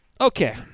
Okay